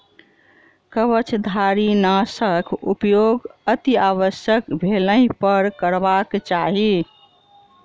कवचधारीनाशक उपयोग अतिआवश्यक भेलहिपर करबाक चाहि